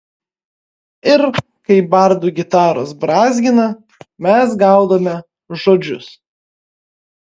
ir kai bardų gitaros brązgina mes gaudome žodžius